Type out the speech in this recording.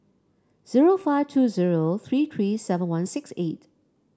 zero five two zero three three seven one six eight